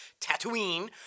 Tatooine